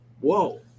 Whoa